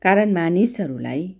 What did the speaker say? कारण मानिसहरूलाई